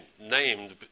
named